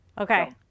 Okay